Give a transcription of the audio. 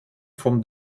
from